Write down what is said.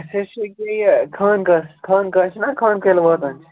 اَسہِ حظ چھِ ییٚکیٛاہ یہِ خانٛقاہَس خانٛقاہ چھِنہٕ خانٛقاہ ییٚلہِ واتان چھِ